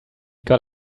got